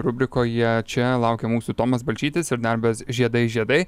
rubrikoje čia laukia mūsų tomas balčytis ir darbas žiedai žiedai